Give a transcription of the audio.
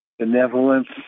Benevolence